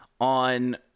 on